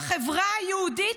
ובחברה היהודית,